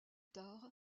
tard